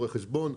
רואי חשבון,